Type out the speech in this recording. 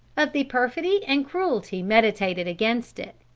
of the perfidy and cruelty meditated against it.